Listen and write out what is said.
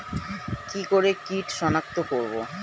কি করে কিট শনাক্ত করব?